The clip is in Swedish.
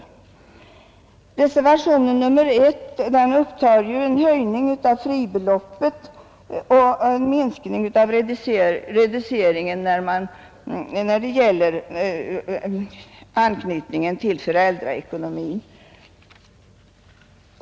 I reservationen 1 föreslås en höjning av fribeloppet och en minskning av reduceringen när det gäller anknytningen till föräldraekonomin.